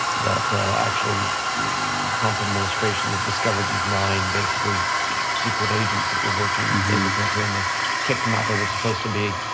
that actually trump administration had discovered these nine basically secret agents that were working in the country and they kicked them out. they were supposed to be.